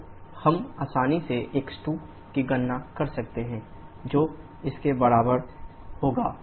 तो हम आसानी सेx2की गणना कर सकते हैं जो इसके बराबर होगा x2s2 sf